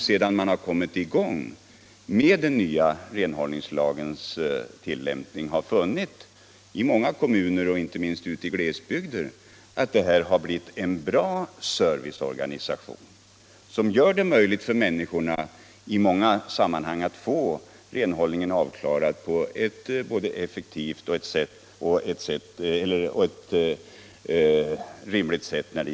Sedan den nya renhållningslagen börjat tillämpas har man i många kommuner, inte minst i glesbygderna, funnit att det blivit en bra serviceorganisation som gör det möjligt för människorna att få renhållningen avklarad på ett effektivt och kostnadsmässigt rimligt sätt.